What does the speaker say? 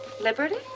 liberty